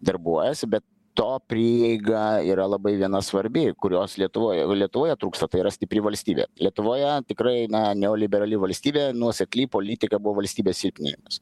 darbuojasi bet to prieiga yra labai viena svarbi kurios lietuvoj lietuvoje trūksta tai yra stipri valstybė lietuvoje tikrai neoliberali valstybė nuosekli politika buvo valstybės silpnėjimas